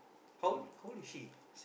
how old how old did she